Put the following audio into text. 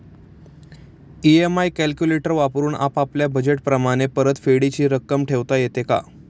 EMI calculator वापरून आपापल्या budget प्रमाणे परतफेडीची रक्कम ठरवता येते का?